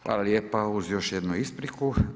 Hvala lijepo, uz još jednu ispriku.